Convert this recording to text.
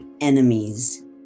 enemies